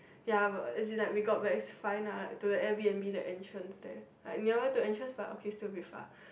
ya but as in like we got back it's fine ah to the Air-b_n_b the entrance there but nearer to entrance but okay still a bit far